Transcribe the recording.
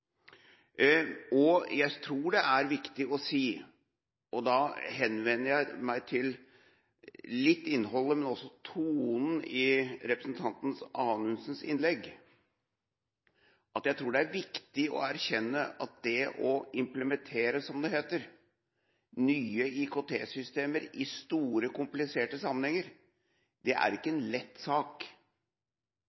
og jeg tror det er – og da henvender jeg meg litt til innholdet, men også til tonen i representanten Anundsens innlegg – viktig å erkjenne at det å implementere, som det heter, nye IKT-systemer i store, kompliserte sammenhenger er ingen lett sak. Jeg hørte representanten Anundsen si at det